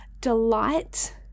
delight